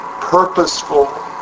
purposeful